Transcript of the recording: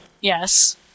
Yes